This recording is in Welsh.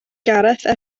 gareth